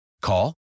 Call